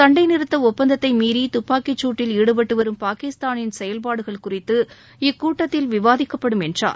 சண்டை நிறுத்த ஒப்பந்தத்தை மீறி துப்பாக்கி சூட்டில் ஈடுபட்டுவரும் பாகிஸ்தானின் செயல்பாடுகள் குறித்து இக்கூட்டத்தில் விவாதிக்கப்படும் என்றார்